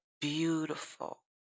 beautiful